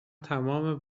تمام